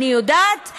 אני יודעת,